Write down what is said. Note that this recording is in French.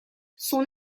son